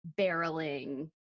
barreling